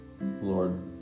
Lord